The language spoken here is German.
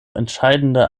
entscheidende